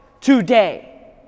today